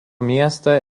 miestą